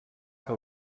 que